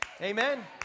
Amen